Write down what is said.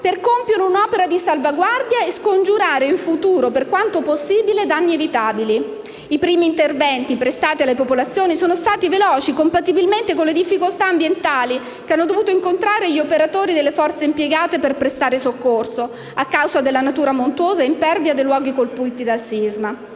per compiere un'opera di salvaguardia e scongiurare in futuro, per quanto possibile, danni evitabili. I primi interventi prestati alle popolazioni sono stati veloci, compatibilmente con le difficoltà ambientali che hanno dovuto incontrare gli operatori delle forze impiegate per prestare soccorso, a causa della natura montuosa e impervia dei luoghi colpiti dal sisma.